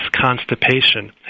constipation